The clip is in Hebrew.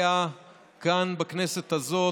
הוא היה כאן, בכנסת הזאת,